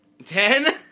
Ten